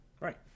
Right